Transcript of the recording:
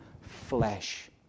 flesh